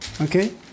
okay